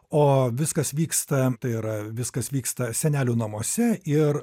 o viskas vyksta tai yra viskas vyksta senelių namuose ir